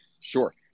sure